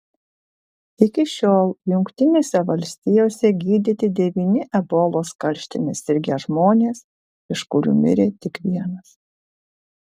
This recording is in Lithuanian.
iki šiol jungtinėse valstijose gydyti devyni ebolos karštine sirgę žmonės iš kurių mirė tik vienas